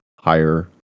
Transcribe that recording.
higher